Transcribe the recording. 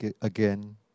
again